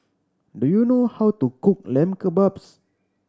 do you know how to cook Lamb Kebabs